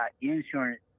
insurance